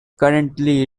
currently